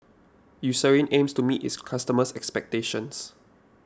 Eucerin aims to meet its customers' expectations